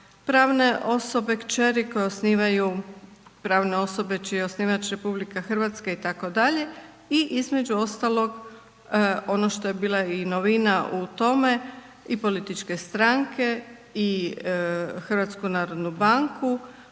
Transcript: pravne osobe kćeri koje osnivaju, pravne osobe čiji je osnivač RH itd.. I između ostalog, ono što je bila i novina u tome i političke stranke i HNB, pa i